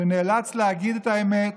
שנאלץ להגיד את האמת: